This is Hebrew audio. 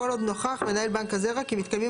כל עוד נוכח מנהל בנק הזרע כי מתקיימים